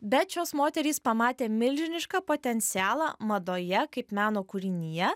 bet šios moterys pamatė milžinišką potencialą madoje kaip meno kūrinyje